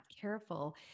careful